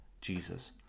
Jesus